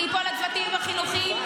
זה ייפול לצוותים החינוכיים.